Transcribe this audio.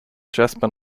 jasper